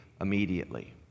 immediately